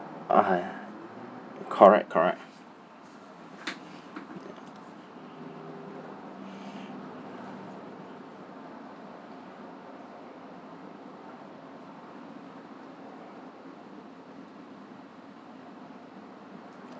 ah !haiya! correct correct